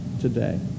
today